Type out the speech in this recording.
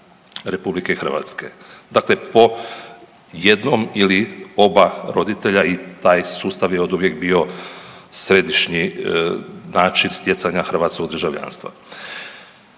državljana RH. Dakle po jednom ili oba roditelja i taj sustav je oduvijek bio središnji način stjecanja hrvatskog državljanstva.